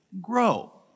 grow